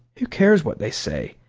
who cares what they say?